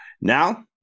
Now